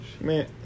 Man